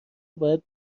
باید